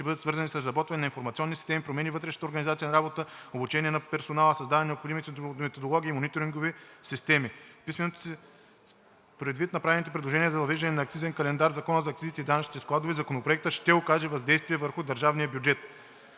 ще бъдат свързани с разработване на информационните системи, промени във вътрешната организация на работа, обучения на персонала, създаване на необходимите методологии и мониторингови системи. Предвид направените предложения за въвеждане на акцизен календар в Закона за акцизите и данъчните складове Законопроектът ще окаже въздействие върху държавния бюджет.